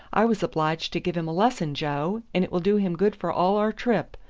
i was obliged to give him a lesson, joe, and it will do him good for all our trip.